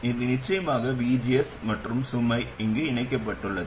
இது நிச்சயமாக vgs மற்றும் சுமை அங்கு இணைக்கப்பட்டுள்ளது